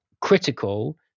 critical